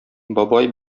бабай